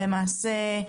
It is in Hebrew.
למעשה,